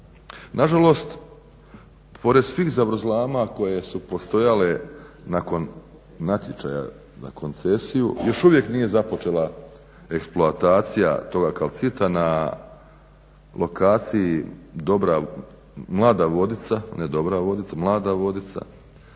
Nažalost pored svih zavrzlama koje su postojale nakon natječaja na koncesiju još uvijek nije započela eksploatacija toga kalcita na lokaciji Mlada vodica